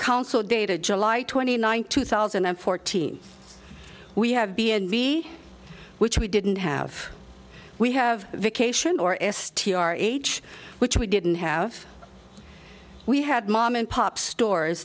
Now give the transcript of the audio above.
council dated july twenty ninth two thousand and fourteen we have b n b which we didn't have we have vacation or s t r age which we didn't have we had mom and pop stores